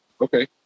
Okay